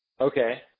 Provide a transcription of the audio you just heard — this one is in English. Okay